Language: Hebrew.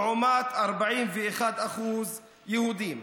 לעומת 41% יהודים.